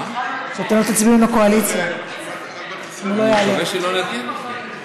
נקווה שלא נגיע,